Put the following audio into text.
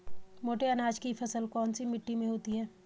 मोटे अनाज की फसल कौन सी मिट्टी में होती है?